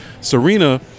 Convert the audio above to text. Serena